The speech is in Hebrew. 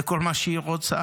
זה כל מה שהיא רוצה,